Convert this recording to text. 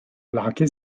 lage